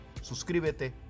Suscríbete